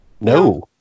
no